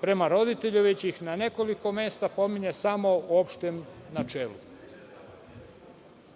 prema roditelju, već ih na nekoliko mesta pominje samo u opštem načelu.